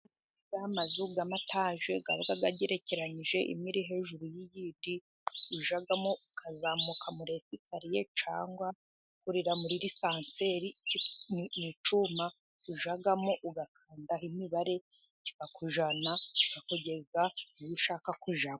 Ya mazu y'amataje aba agerekeranyije, imwe iri hejuru y'iyindi ujyamo ukazamuka muri esikariye ,cyangwa ukurira muri lisanseri ni icyuma ujyamo ugakanda imibare, kikakujyana kikakugeza iyo ushaka kujyamo.